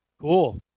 Cool